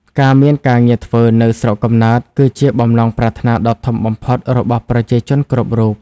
ការមានការងារធ្វើនៅស្រុកកំណើត គឺជាបំណងប្រាថ្នាដ៏ធំបំផុតរបស់ប្រជាជនគ្រប់រូប។